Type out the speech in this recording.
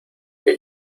que